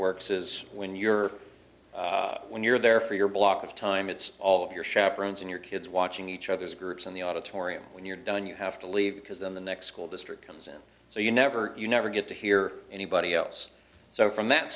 works is when you're when you're there for your block of time it's all of your chaperones and your kids watching each other's groups in the auditorium when you're done you have to leave because then the next school district comes in so you never you never get to hear anybody else so from that